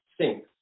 sink